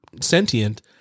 sentient